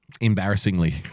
embarrassingly